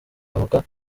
avoka